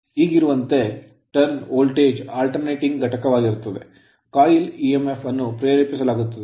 ಈಗಿರುವಂತೆ turn ತಿರುಗುವ voltage alternating ಪರ್ಯಾಯ ಘಟಕವಾಗಿರುತ್ತದೆ coil ಕಾಯಿಲ್ EMF ಇಎಂಎಫ್ ಅನ್ನು ಪ್ರೇರೇಪಿಸಲಾಗುತ್ತದೆ